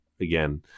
again